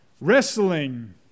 wrestling